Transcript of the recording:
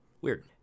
weird